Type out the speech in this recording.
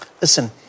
Listen